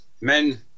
men